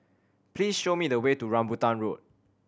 please show me the way to Rambutan Road